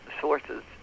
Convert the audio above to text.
sources